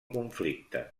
conflicte